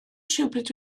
rhywbryd